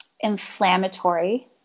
inflammatory